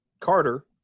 Carter